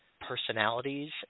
personalities